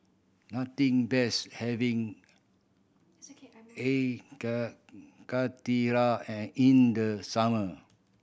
nothing beats having air karthira and in the summer